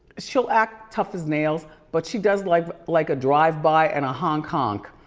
she'll act tough as nails, but she does like like a drive-by and a honk honk.